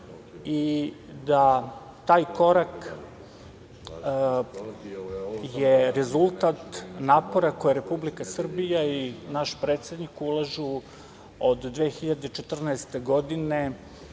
i da taj korak je rezultat napora koji Republika Srbija i naš predsednik ulažu od 2014. godine